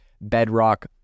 bedrock